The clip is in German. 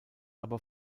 aber